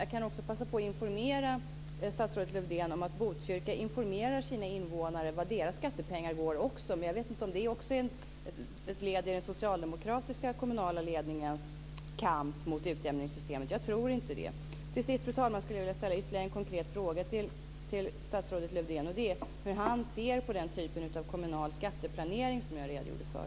Jag kan också passa på att informera statsrådet Lövdén om att också Botkyrka informerar sina invånare om var deras skattepengar går. Jag vet inte om det är ett led i den socialdemokratiska kommunala ledningens kamp mot utjämningssystemet, men jag tror inte det. Till sist, fru talman, skulle jag vilja ställa ytterligare en konkret fråga till statsrådet Lövdén. Hur ser han på den typ av kommunal skatteplanering som jag redogjorde för?